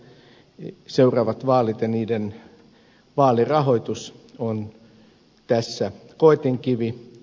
seuraavat vaalit ja niiden vaalirahoitus ovat tässä koetinkivi